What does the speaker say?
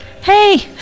Hey